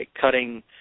cutting